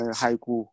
haiku